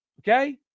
Okay